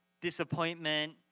disappointment